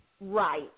Right